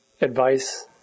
advice